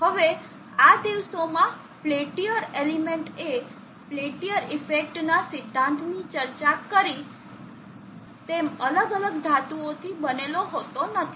હવે આ દિવસોમાં પેલ્ટીયર એલિમેન્ટ એ પેલ્ટીયર ઇફેક્ટના સિદ્ધાંતની ચર્ચા કરી તેમ અલગ અલગ ધાતુઓથી બનેલો હોતો નથી